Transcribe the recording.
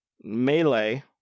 melee